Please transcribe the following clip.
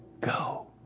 go